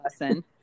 lesson